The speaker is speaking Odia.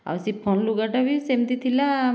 ଆଉ ସିଫନ ଲୁଗାଟା ବି ସେମିତି ଥିଲା